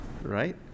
Right